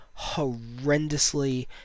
horrendously